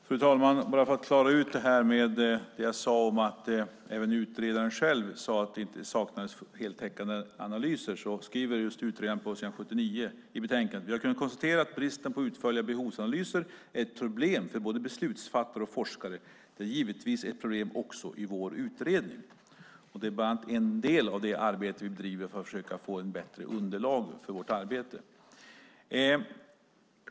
Fru talman! För att klara ut det jag sade om att även utredaren själv sagt att det saknades heltäckande analyser vill jag nämna att utredaren på s. 79 i betänkandet skriver: Jag kan konstatera att bristen på utförliga behovsanalyser är ett problem för både beslutsfattare och forskare. Det är givetvis ett problem också i vår utredning. Bland annat detta är en del av det arbete vi bedriver för att försöka få ett bättre underlag.